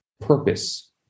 purpose